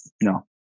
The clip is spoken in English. no